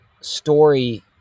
story